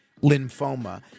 lymphoma